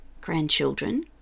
grandchildren